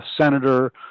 senator